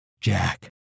Jack